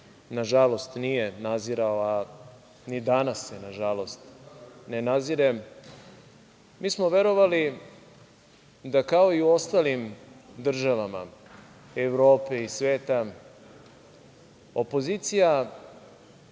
nažalost, nije nazirao, a ni danas se, nažalost, ne nazire, mi smo verovali, kao i u ostalim državama Evrope i sveta, opozicija